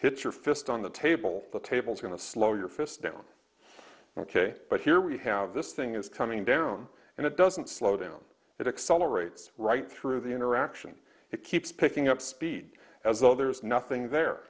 hit your fist on the table the table is going to slow your fist down ok but here we have this thing is coming down and it doesn't slow down it accelerates right through the interaction it keeps picking up speed as though there is nothing there